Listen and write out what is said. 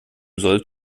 soll